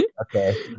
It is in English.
Okay